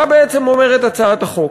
מה בעצם אומרת הצעת החוק?